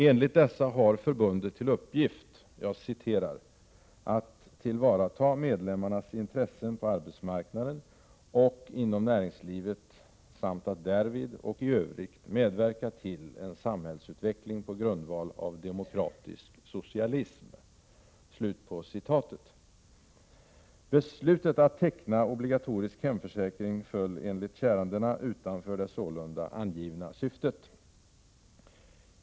Enligt dessa har förbundet till uppgift ”att tillvarata medlemmarnas intressen på arbetsmarknaden och inom näringslivet samt att därvid och i övrigt medverka till en samhällsutveckling på grundval av demokratisk socialism”. Beslutet att teckna obligatorisk hemförsäkring föll enligt kärandena utanför det sålunda angivna syftet.